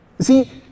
See